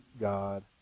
God